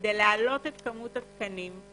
כדי להעלות את כמות התקנים.